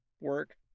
work